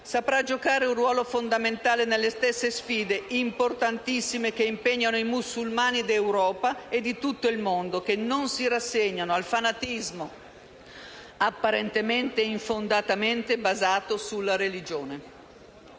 saprà giocare un ruolo fondamentale nelle stesse sfide importantissime che impegnano i musulmani d'Europa e di tutto il mondo, che non si rassegnano al fanatismo apparentemente e infondatamente basato sulla religione.